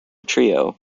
trio